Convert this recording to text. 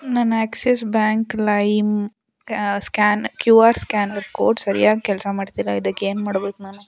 ನನ್ನ Axis bank ಲೈಮ್ scan Q R scanner code ಸರ್ಯಾಗಿ ಕೆಲಸ ಮಾಡ್ತಿಲ್ಲ ಇದಕ್ಕೆ ಏನು ಮಾಡ್ಬೇಕು ನಾನು